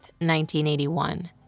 1981